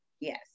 Yes